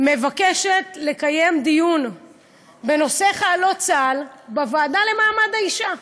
מבקשת לקיים דיון בנושא חיילות צה"ל בוועדה לקידום מעמד האישה.